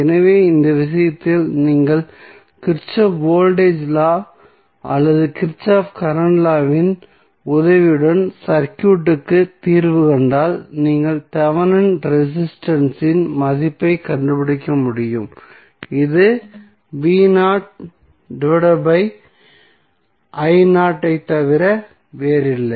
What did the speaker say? எனவே அந்த விஷயத்தில் நீங்கள் கிர்ச்சோஃப் வோல்டேஜ் லா அல்லது கிர்ச்சோஃப் கரண்ட் லா வின் உதவியுடன் சர்க்யூட்க்கு தீர்வு கண்டால் நீங்கள் தெவெனின் ரெசிஸ்டன்ஸ் இன் மதிப்பைக் கண்டுபிடிக்க முடியும் இது ஐத் தவிர வேறில்லை